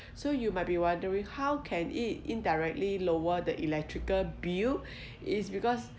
so you might be wondering how can it indirectly lower the electrical bill it's because